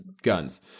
Guns